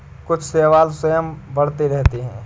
कुछ शैवाल स्वयं बढ़ते रहते हैं